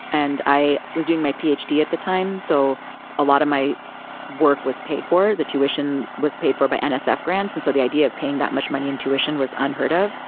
and i was doing my ph d. at the time. so a lot of my work was paid for the tuition was paid for by and nsf grants. and so the idea of paying that much money in tuition was unheard of.